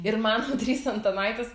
ir man audrys antanaitis